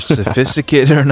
sophisticated